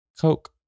Coke